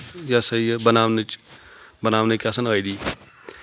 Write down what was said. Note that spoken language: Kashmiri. یہِ ہسا یہِ بناونٕچ بناونٕکۍ آسان عٲدی